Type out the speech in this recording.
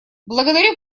благодарю